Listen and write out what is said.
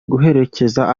guherekeza